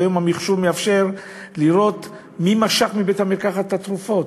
והיום המחשוב מאפשר לראות מי משך מבית-המרקחת את התרופות.